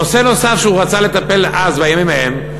נושא נוסף שהוא רצה לטפל בו אז, בימים ההם,